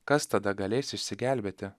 kas tada galės išsigelbėti